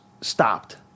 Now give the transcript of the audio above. stopped